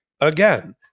again